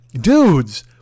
Dudes